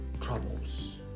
troubles